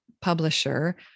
publisher